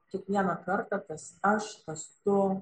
kiekvieną kartą tas aš tas tu